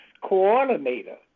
coordinator